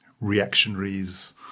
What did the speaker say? reactionaries